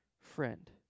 friend